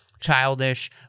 childish